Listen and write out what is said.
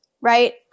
right